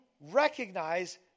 recognize